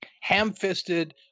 ham-fisted